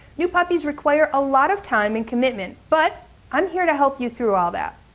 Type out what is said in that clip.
new puppies require a lot of time and commitment, but i'm here to help you through all that.